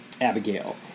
Abigail